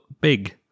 big